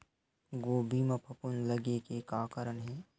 गोभी म फफूंद लगे के का कारण हे?